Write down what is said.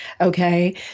Okay